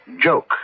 joke